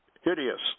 Hideous